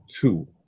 two